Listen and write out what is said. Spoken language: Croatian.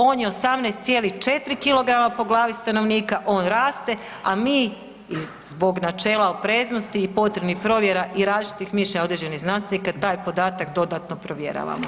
On je 18,4 kg po glavi stanovnika, on raste a mi zbog načela opreznosti i potrebnih provjera i različitih mišljenja određenih znanstvenika taj podatak dodatno provjeravamo.